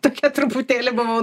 tokia truputėlį buvau